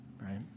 right